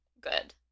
good